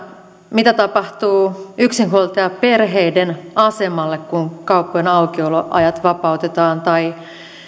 mitä tapahtuu yksinhuoltajaperheiden asemalle kun kauppojen aukioloajat vapautetaan tai voi